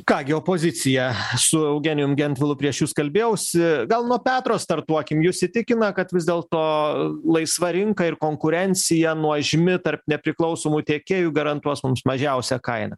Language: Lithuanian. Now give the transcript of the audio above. ką gi opozicija su eugenijum gentvilu prieš jus kalbėjausi gal nuo petro startuokim jus įtikina kad vis dėlto laisva rinka ir konkurencija nuožmi tarp nepriklausomų tiekėjų garantuos mums mažiausią kainą